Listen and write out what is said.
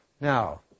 Now